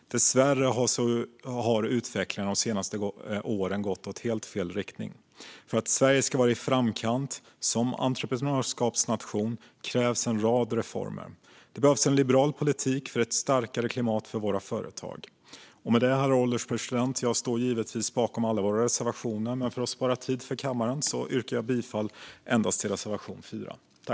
Dessvärre har utvecklingen de senaste åren gått i helt fel riktning. För att Sverige ska vara i framkant som entreprenörskapsnation krävs en rad reformer. Det behövs en liberal politik för ett starkare klimat för våra företag. Herr ålderspresident! Jag står givetvis bakom alla våra reservationer, men för att spara tid för kammaren yrkar jag bifall endast till reservation 4.